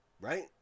Right